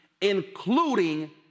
including